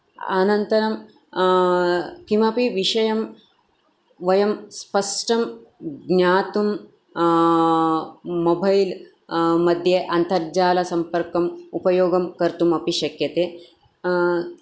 अनन्तरं किमपि विषयं वयं स्पष्टं ज्ञातुं मोबैल् मध्ये अन्तर्जालसम्पर्कम् उपयोगं कर्तुमपि शक्यते